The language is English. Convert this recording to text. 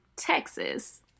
Texas